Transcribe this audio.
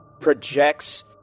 projects